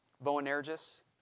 Boanerges